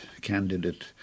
candidate